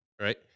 right